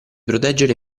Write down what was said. proteggere